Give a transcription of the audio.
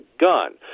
gun